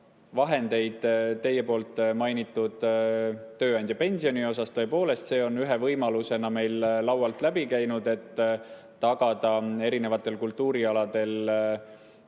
vahendeid teie mainitud tööandjapensioni jaoks, siis tõepoolest, see on ühe võimalusena meil laualt läbi käinud, et tagada erinevatel kultuurialadel